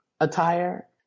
attire